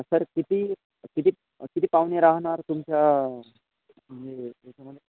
sir किती किती किती पाहुणे राहणार तुमच्या म्हणजे याच्यामध्ये